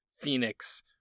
Phoenix